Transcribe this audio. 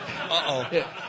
Uh-oh